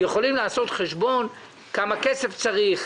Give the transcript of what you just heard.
יכולים לעשות חשבון כמה כסף צריך,